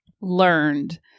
learned